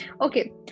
okay